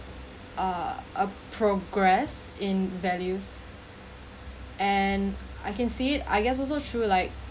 uh a progress in values and I can see it I guess also through like